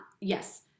yes